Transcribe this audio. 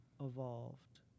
evolved